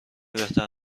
بهتر